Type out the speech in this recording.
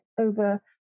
over